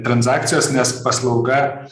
transakcijos nes paslauga